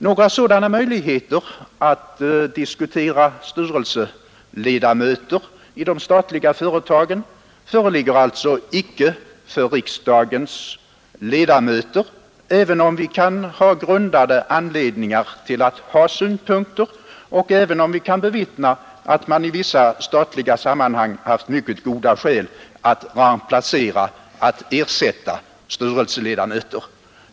Några sådana möjligheter att diskutera styrelseledamöter i de statliga företagen föreligger alltså icke för riksdagens ledamöter, även om vi kan ha grundade anledningar att ha synpunkter och även om man måste notera att man i vissa statliga sammanhang haft mycket goda skäl att remplacera styrelseledamöter.